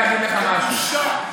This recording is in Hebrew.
זו בושה.